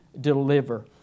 deliver